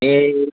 ते